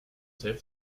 save